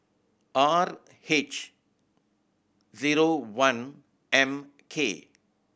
R H zero one M K